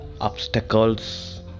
obstacles